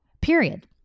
period